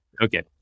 okay